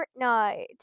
Fortnite